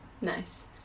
Nice